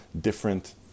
different